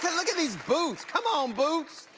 look at these boots! come on, boots!